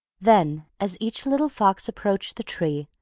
then, as each little fox approached the tree,